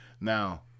Now